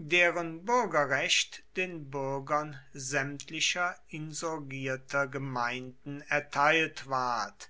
deren bürgerrecht den bürgern sämtlicher insurgierter gemeinden erteilt ward